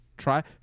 Try